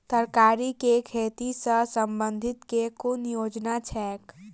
तरकारी केँ खेती सऽ संबंधित केँ कुन योजना छैक?